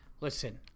Listen